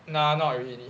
no not really